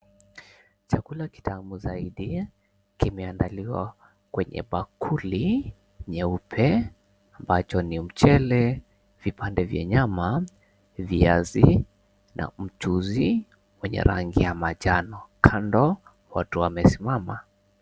Chakula kitamu zaidi kimeandaliwa kwenye bakuli nyeupe ambacho ni mchele, vipande vya nyama, viazi na mchuzi wenye rangi ya majano. Kando watu wamesimama.